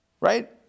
Right